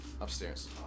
upstairs